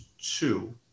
two